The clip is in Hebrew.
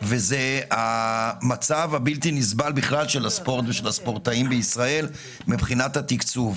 המצב הבלתי נסבל של הספורטאים במדינת ישראל מבחינת התקצוב.